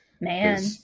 Man